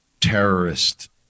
terrorist